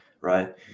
right